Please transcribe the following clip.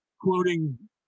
quoting